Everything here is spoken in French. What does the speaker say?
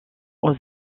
aux